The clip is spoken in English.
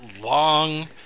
long